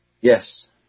Yes